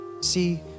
See